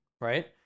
right